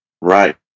Right